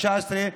התשע-עשרה,